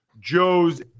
Joe's